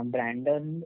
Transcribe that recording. Brandon